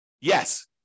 Yes